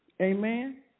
Amen